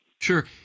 Sure